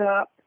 up